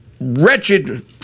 wretched